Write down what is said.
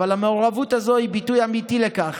אבל המעורבות הזו היא ביטוי אמיתי לכך